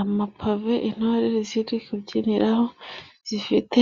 Amapave intore ziri kubyiniraho， zifite